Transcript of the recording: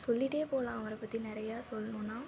சொல்லிகிட்டே போகலாம் அவரை பற்றி நிறையா சொல்லணுன்னா